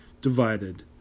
divided